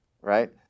right